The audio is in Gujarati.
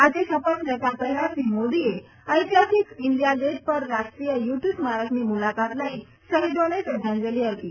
આજે શપથ લેતા પહેલાં શ્રી મોદીએ ઐતિહાસિક ઈન્ડિયા ગેટ પર રાષ્ટ્રીય યુદ્ધ સ્મારકની મુલાકાત લઈ શહિદોને શ્રદ્વાંજલી અર્પી